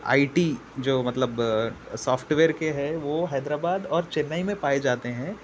آئی T جو مطلب software کے ہیں وہ حیدرآباد اور چنئی میں پائے جاتے ہیں